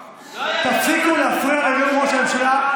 תפסיקו להפריע לנאום ראש הממשלה.